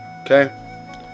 Okay